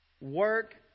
Work